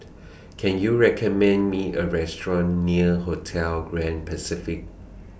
Can YOU recommend Me A Restaurant near Hotel Grand Pacific